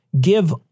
give